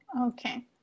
Okay